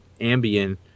Ambien